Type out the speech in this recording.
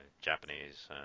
Japanese